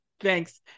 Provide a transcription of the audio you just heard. Thanks